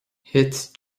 thit